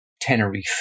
Tenerife